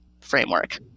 framework